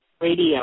Radio